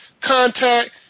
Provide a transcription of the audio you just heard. contact